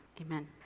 Amen